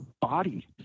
body